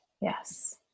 Yes